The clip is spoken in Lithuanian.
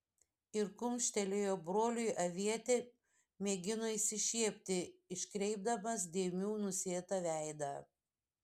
ir kumštelėjo broliui avietė mėgino išsišiepti iškreipdamas dėmių nusėtą veidą